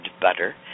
butter